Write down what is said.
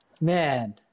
man